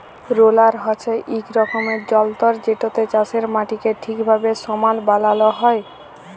roller হছে ইক রকমের যল্তর যেটতে চাষের মাটিকে ঠিকভাবে সমাল বালাল হ্যয়